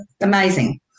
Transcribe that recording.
amazing